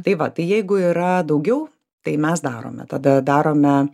tai va tai jeigu yra daugiau tai mes darome tada darome